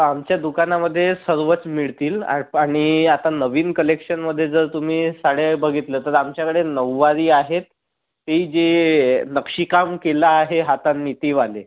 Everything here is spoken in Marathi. आमच्या दुकानामध्ये सर्वच मिळतील आणि आता नवीन कलेक्शनमध्ये जर तुम्ही साड्या बघितल्या तर आमच्याकडे नऊवारी आहेत ती जे नक्षीकाम केलं आहे हाताने ती वाली